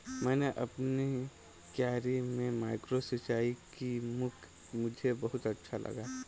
मैंने अपनी क्यारी में माइक्रो सिंचाई की मुझे बहुत अच्छा लगा